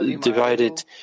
divided